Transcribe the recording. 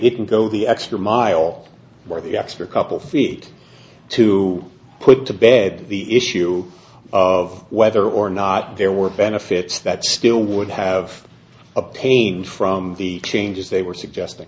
didn't go the extra mile for the extra couple feet to put to bed the issue of whether or not there were benefits that still would have obtained from the changes they were suggesting